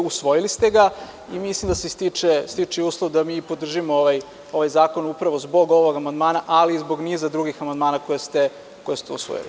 Usvojili ste ga i mislim da se stiče uslov da mi podržimo ovaj zakon upravo zbog ovog amandmana, ali i zbog niza drugih amandmana koje ste usvojili.